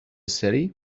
city